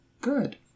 good